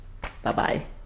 Bye-bye